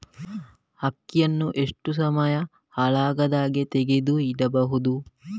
ಅಕ್ಕಿಯನ್ನು ಎಷ್ಟು ಸಮಯ ಹಾಳಾಗದಹಾಗೆ ತೆಗೆದು ಇಡಬಹುದು?